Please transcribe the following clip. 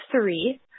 three